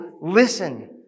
listen